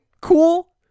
cool